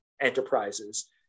enterprises